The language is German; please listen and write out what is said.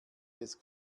des